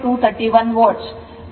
29 ampere ಆಗುತ್ತದೆ